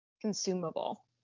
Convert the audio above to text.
consumable